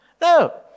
No